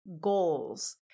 goals